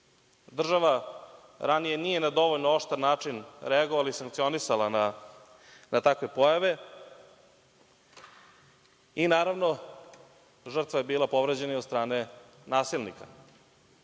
država ranije nije na dovoljno oštar način reagovala i sankcionisala na takve pojave. I naravno, žrtva je bila povređena od strane nasilnika. Danas